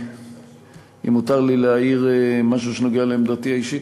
אם מותר לי להעיר משהו שנוגע לעמדתי האישית,